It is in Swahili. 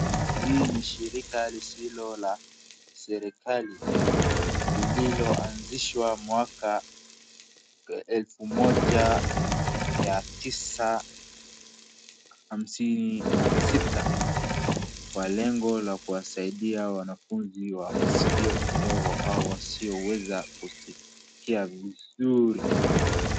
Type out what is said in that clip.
Hii ni shirika lisilo la kiserikali, lililo anzishwa mwaka elfu moja mia tisa hamsini na sita, kwa lengo la kuwasaidia wanafunzi wa masikio kidogo au wasio weza kusikia vizuri.